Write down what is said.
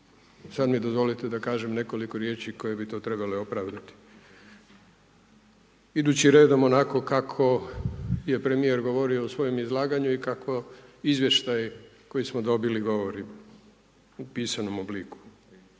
Sada mi dozvolite da kažem nekoliko riječi koje bi to trebale opravdati, idući redom onako kako je premijer govorio u svojem izlaganju i kako izvještaj koji smo dobili govori u pisanom obliku.